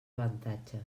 avantatges